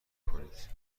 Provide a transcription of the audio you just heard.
کنید